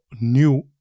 new